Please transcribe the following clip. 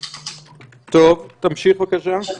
תמשיך, בבקשה.